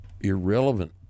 irrelevant